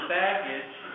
baggage